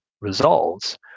results